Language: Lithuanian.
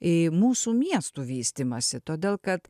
į mūsų miestų vystymąsi todėl kad